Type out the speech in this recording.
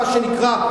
מה שנקרא,